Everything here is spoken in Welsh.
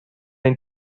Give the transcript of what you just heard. ein